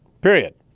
period